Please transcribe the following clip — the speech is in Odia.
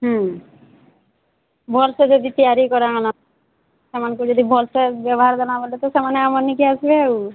ହୁଁ ଭଲରେ ଯଦି ତିଆରି କରା ହେଲା ସେମାନଙ୍କୁ ଯଦି ଭଲରେ ବ୍ୟବହାର ଜଣା ଗଲେ ତ ସେମାନେ ଆମ ନିକେ ଆସିବେ ଆଉ